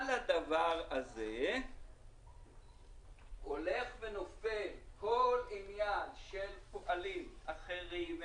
על הדבר הזה הולך ונופל כל עניין של פועלים אחרים,